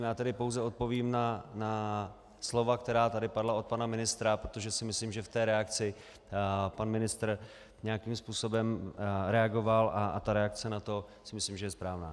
Já tedy pouze odpovím na slova, která tady padla od pana ministra, protože si myslím, že v té reakci pan ministr nějakým způsobem reagoval a ta reakce na to si myslím, že je správná.